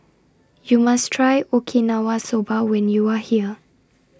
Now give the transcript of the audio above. YOU must Try Okinawa Soba when YOU Are here